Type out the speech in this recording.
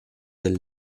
del